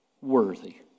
worthy